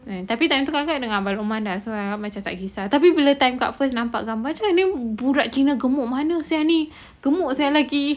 tapi time tu kakak dengan abang rahman so macam tak kisah tapi bila time kak first nampak gambar macam mana budak gemuk cina mana sia ni gemuk sia lagi